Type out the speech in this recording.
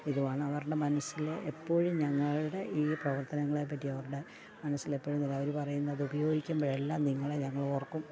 ഇതുമാണ് അവരുടെ മനസ്സിൽ എപ്പോഴും ഞങ്ങളുടെ ഈ പ്രവർത്തനങ്ങളേപ്പറ്റി അവരുടെ മനസ്സിലെപ്പോഴും നില അവർ പറയുന്നത് അതുപയോഗിക്കുമ്പോഴെല്ലാം നിങ്ങളെ ഞങ്ങളോർക്കും